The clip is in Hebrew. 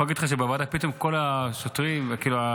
אני יכול להגיד לך שבוועדה פתאום כל השוטרים והאנשים